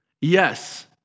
Yes